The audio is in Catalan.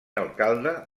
alcalde